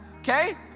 Okay